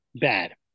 Bad